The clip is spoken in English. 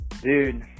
Dude